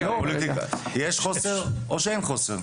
יש חוסר או אין חוסר?